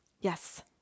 yes